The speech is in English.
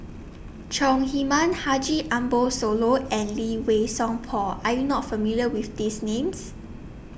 Chong Heman Haji Ambo Sooloh and Lee Wei Song Paul Are YOU not familiar with These Names